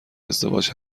ازدواج